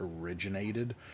originated